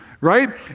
right